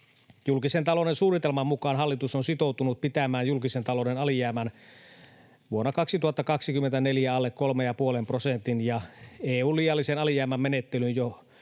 Julkisen talouden suunnitelman mukaan hallitus on sitoutunut pitämään julkisen talouden alijäämän vuonna 2024 alle kolmen ja puolen prosentin, ja EU:n liiallisen alijäämän menettelyyn joutumisen